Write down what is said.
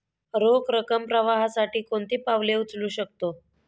रोख रकम प्रवाहासाठी कोणती पावले उचलू शकतो?